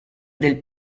del